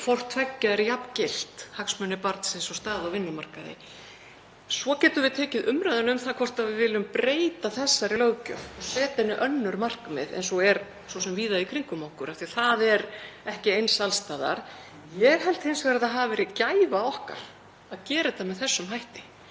að hvort tveggja er jafngilt, hagsmunir barnsins og staðan á vinnumarkaði. Við getum svo tekið umræðu um það hvort við viljum breyta þessari löggjöf og setja henni önnur markmið eins og er svo sem víða í kringum okkur af því að það er ekki eins alls staðar. Ég held hins vegar að það hafi verið gæfa okkar að gera þetta með þessum hætti